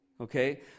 okay